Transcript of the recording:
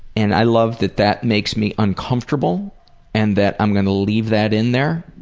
and i love that that makes me uncomfortable and that i'm gonna leave that in there,